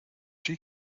she